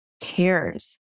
cares